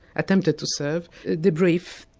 attempted to serve the brief,